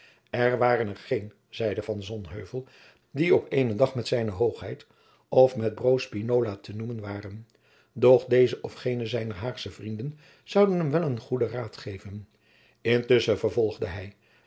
er waren er geen zeide van sonheuvel die op eenen dag met zijne hoogheid of met broos spinola te noemen waren doch deze of gene zijner haagsche vrienden zoude hem wel een goeden raad geven intusschen vervolgde hij